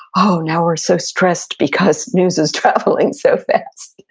oh, now, we're so stressed because news is traveling so fast.